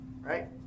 Right